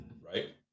Right